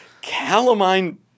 Calamine